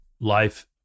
life